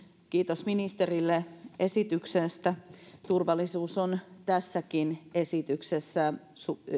kiitos ministerille esityksestä turvallisuus on tässäkin esityksessä